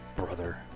brother